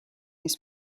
his